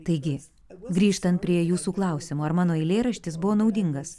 taigi grįžtant prie jūsų klausimo ar mano eilėraštis buvo naudingas